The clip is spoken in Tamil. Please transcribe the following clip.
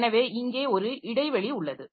எனவே இங்கே ஒரு இடைவெளி உள்ளது